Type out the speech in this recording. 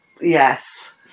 yes